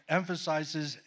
emphasizes